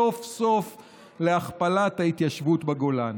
סוף-סוף להכפלת ההתיישבות בגולן.